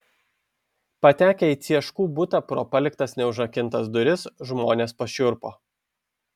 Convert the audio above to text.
patekę į cieškų butą pro paliktas neužrakintas duris žmonės pašiurpo